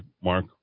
Mark